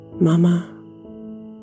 mama